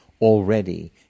already